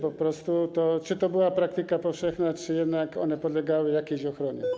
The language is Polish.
Po prostu czy to była praktyka powszechna, czy jednak one podlegały jakiejś ochronie?